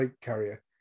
carrier